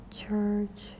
church